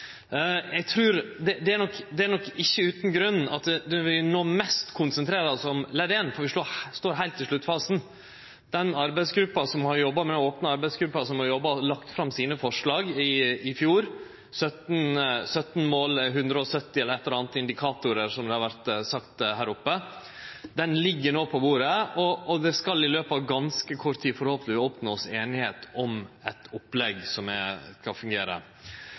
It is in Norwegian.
Det er ikkje utan grunn at vi no konsentrerer oss mest om del éin, der vi står heilt i sluttfasen. Ei ope arbeidsgruppe jobba og la i fjor fram 17 mål og 170, eller kva det var, indikatorar som det har vore sagt her, og dei måla ligg no på bordet. Og ein skal i løpet av ganske kort tid oppnå einigheit om eit opplegg som skal fungere.